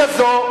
מרגע זה,